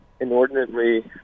inordinately